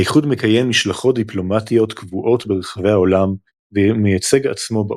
האיחוד מקיים משלחות דיפלומטיות קבועות ברחבי העולם ומייצג עצמו באו"ם,